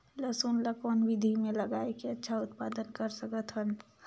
लसुन ल कौन विधि मे लगाय के अच्छा उत्पादन कर सकत हन?